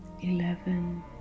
eleven